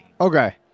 okay